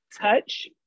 touch